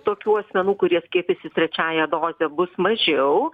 tokių asmenų kurie skiepysis trečiąja doze bus mažiau